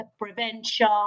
prevention